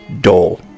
Dole